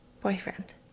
boyfriend